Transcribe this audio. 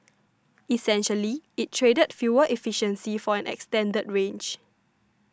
essentially it traded fuel efficiency for an extended range